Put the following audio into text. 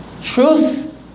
Truth